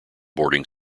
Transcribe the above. boarding